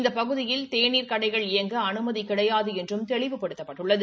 இந்த பகுதியில் தேநீர் கடைகள் இயங்க அனுமதி கிடையாது என்றும் தெளிவுபடுத்தப்பட்டுள்ளது